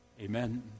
amen